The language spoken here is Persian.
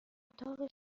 اتاق